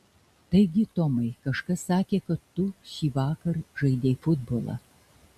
taigi tomai kažkas sakė kad tu šįvakar žaidei futbolą